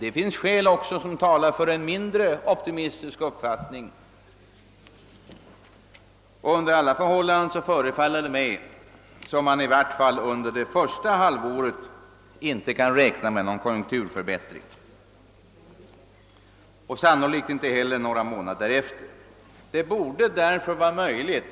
Det finns också skäl som talar för en mindre optimistisk uppfattning. Under alla förhållanden förefaller det mig som om vi, i vart fall under det första halvåret, inte kan räkna med någon konjunkturförbättring och sannolikt inte heller under de närmast därefter följande månaderna.